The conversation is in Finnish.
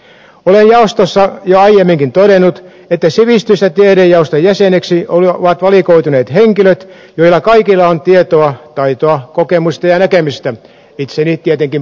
olen jaostossa jo aiemminkin todennut että sivistys ja tiedejaoston jäseniksi ovat valikoituneet henkilöt joilla kaikilla on tietoa taitoa kokemusta ja näkemystä itseni tietenkin poissulkien